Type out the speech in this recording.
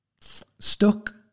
stuck